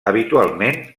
habitualment